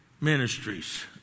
Ministries